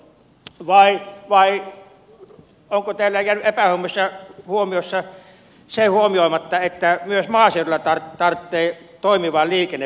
vai onko teillä jäänyt epähuomiossa se huomioimatta että myös maaseudulla tarvitsee toimivan liikenneverkoston